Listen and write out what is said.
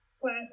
class